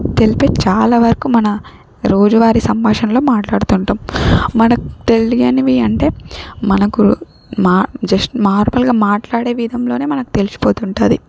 తెలిపే చాలా వరకు మన రోజువారి సంభాషణలో మాట్లాడుతుంటాం మనకు తెలియనివి అంటే మనకు మా జస్ట్ నార్మల్గా మాట్లాడే విధంలోనే మనకు తెలిసిపోతుంటుంది